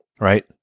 right